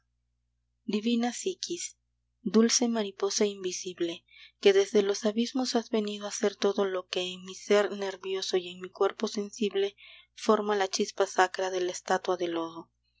divina psiquis dulce mariposa invisible que desde los abismos has venido a ser todo lo que en mi sér nervioso y en mi cuerpo sensible forma la chispa sacra de la estatua de lodo